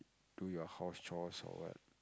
do your house chores or what